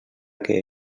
que